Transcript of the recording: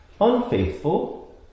Unfaithful